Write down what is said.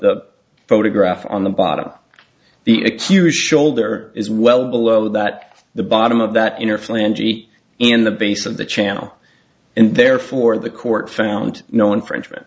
the photograph on the bottom the accuser shoulder is well below that the bottom of that inner flange e in the base of the channel and therefore the court found no infringement